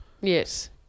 Yes